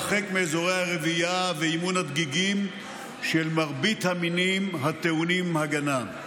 הרחק מאזורי הרבייה ואימון הדגיגים של מרבית המינים הטעונים הגנה.